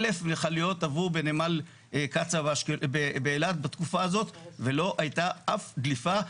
1,000 מכליות עברו באילת בתקופה הזאת ולא הייתה אף דליפה,